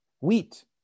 wheat